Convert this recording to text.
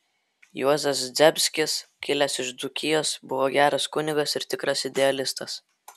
juozas zdebskis kilęs iš dzūkijos buvo geras kunigas ir tikras idealistas